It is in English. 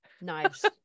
knives